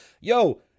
Yo